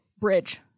bridge